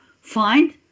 find